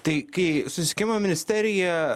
tai kai susisiekimo ministerija